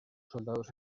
soldados